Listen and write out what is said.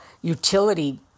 utility